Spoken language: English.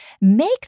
make